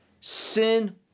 sin